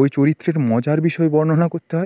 ওই চরিত্রের মজার বিষয় বর্ণনা করতে হয়